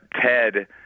Ted